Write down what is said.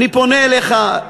אני פונה אליך,